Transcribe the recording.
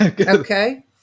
Okay